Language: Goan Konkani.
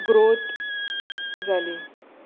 ग्रोथ जाली